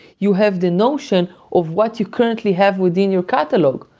you have the notion of what you currently have within your catalog.